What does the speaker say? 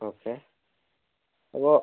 okay ഓ